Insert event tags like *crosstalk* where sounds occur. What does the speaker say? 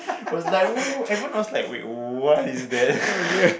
was like *noise* everyone was like wait what is that *laughs*